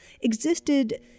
existed